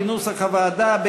כנוסח הוועדה,